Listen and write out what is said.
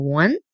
one